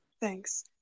Thanks